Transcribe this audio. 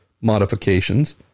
modifications